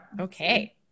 Okay